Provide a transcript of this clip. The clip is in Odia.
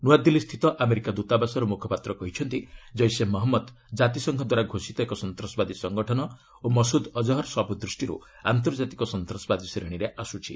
ନୂଆଦିଲ୍ଲୀ ସ୍ଥିତ ଆମେରିକା ଦୂତାବାସର ମୁଖପାତ୍ର କହିଛନ୍ତି ଜୈସେ ମହମ୍ମଦ୍ କାତିସଂଘ ଦ୍ୱାରା ଘୋଷିତ ଏକ ସନ୍ତାସବାଦୀ ସଂଗଠନ ଓ ମସୁଦ୍ ଅଜହର୍ ସବୁ ଦୃଷ୍ଟିରୁ ଆନ୍ତର୍ଜାତିକ ସନ୍ତାସବାଦୀ ଶ୍ରେଣୀରେ ଆସୁଛି